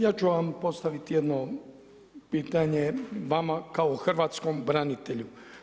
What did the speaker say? Ja ću vam postaviti jedno pitanje vama kao hrvatskom branitelju.